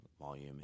volume